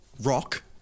rock